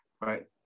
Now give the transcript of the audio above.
right